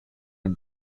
and